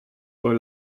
will